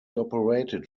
operated